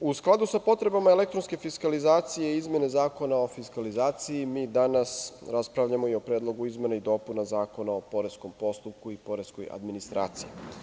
U skladu sa potrebama elektronske fiskalizacije i izmene Zakona o fiskalizaciji, mi danas raspravljamo i o Predlogu izmena i dopuna Zakona o poreskom postupku i poreskoj administraciji.